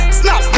snap